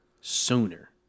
sooner